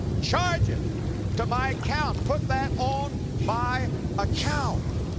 charge it to my account, put that on my account.